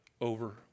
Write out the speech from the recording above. over